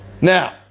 Now